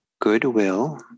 goodwill